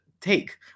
take